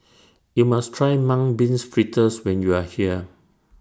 YOU must Try Mung Beans Fritters when YOU Are here